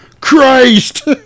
Christ